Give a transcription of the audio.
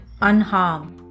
unharmed